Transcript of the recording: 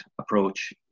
approach